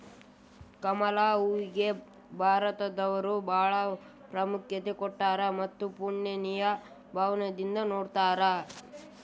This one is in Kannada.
ಕಮಲ ಹೂವಿಗೆ ಭಾರತದವರು ಬಾಳ ಪ್ರಾಮುಖ್ಯತೆ ಕೊಟ್ಟಾರ ಮತ್ತ ಪೂಜ್ಯನಿಯ ಭಾವದಿಂದ ನೊಡತಾರ